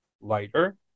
lighter